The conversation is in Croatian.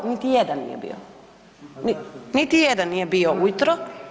Niti jedan nije bio, niti jedan nije bio u jutro.